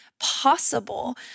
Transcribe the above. possible